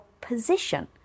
position